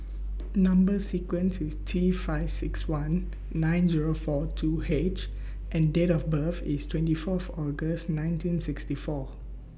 Number sequence IS T five six one nine Zero four two H and Date of birth IS twenty Fourth August nineteen sixty four